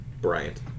Bryant